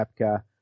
Kepka